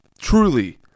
truly